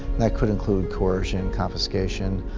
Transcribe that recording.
that could include coercion, confiscation,